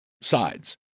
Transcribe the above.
sides